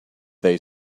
they